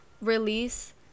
release